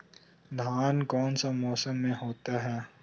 धान कौन सा मौसम में होते है?